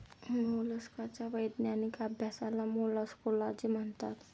मोलस्काच्या वैज्ञानिक अभ्यासाला मोलॅस्कोलॉजी म्हणतात